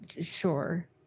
sure